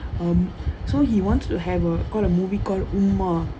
um so he wants to have a got a movie called umar